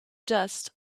dust